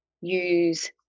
use